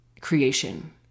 creation